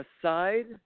aside